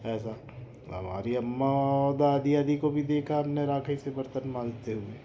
ऐसा हमारी अम्मा दादी आदी को भी देखा हमने राख़ ही से बर्तन मांजते हुए